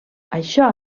això